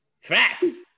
Facts